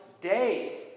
day